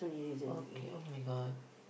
okay oh-my-god